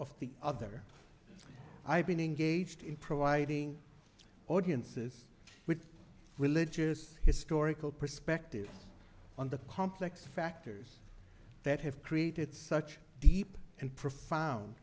of the other i've been engaged in providing audiences with religious historical perspective on the complex factors that have created such deep and profound